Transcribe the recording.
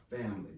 family